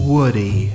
Woody